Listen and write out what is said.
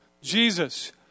Jesus